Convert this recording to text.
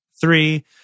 Three